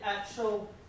Actual